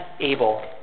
able